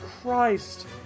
Christ